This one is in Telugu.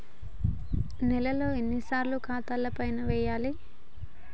నెలలో ఎన్నిసార్లు ఖాతాల పైసలు వెయ్యాలి?